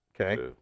Okay